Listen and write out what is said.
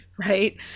Right